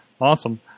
Awesome